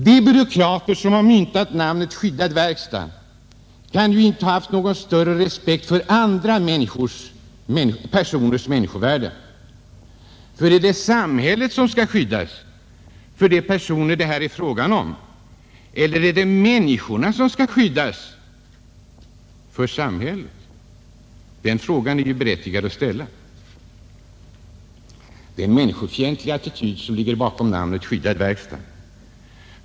De byråkrater som har myntat namnet skyddad verkstad kan inte ha haft någon större respekt för andra personers människovärde. Är det samhället som skall skyddas för de personer det här är fråga om, eller är det människorna som skall skyddas för samhället? Den frågan är det berättigat att ställa. Det är en människofientlig attityd som ligger bakom namnet skyddad verkstad.